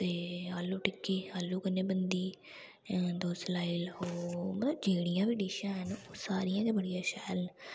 ते आलू टिक्की आलू कन्नै बनदी तुस लाई लैओ मतलब जेह्ड़ियां बी डिशां हैन ओह् सारियां गै बड़ियां शैल न